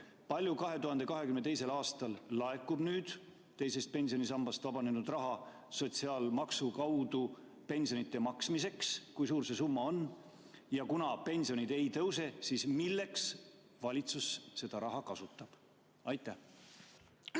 palju 2022. aastal laekub teisest pensionisambast vabanenud raha sotsiaalmaksu kaudu pensionide maksmiseks? Kui suur see summa on? Ja kuna pensionid ei tõuse, siis milleks valitsus seda raha kasutab? Aitäh!